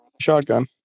Shotgun